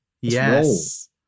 yes